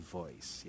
voice